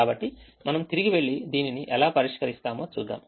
కాబట్టి మనం తిరిగి వెళ్లి దీన్ని ఎలా పరిష్కరిస్తామో చూద్దాం